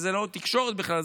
שהם לא תקשורת בכלל,